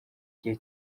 igihe